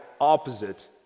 opposite